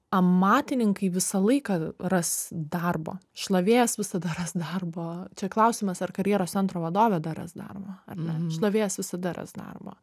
amatininkai visą laiką ras darbo šlavėjas visada ras darbo čia klausimas ar karjeros centro vadovė dar ras darbo ar ne šlavėjas visada ras darbo